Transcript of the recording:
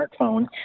smartphone